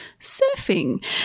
surfing